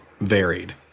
varied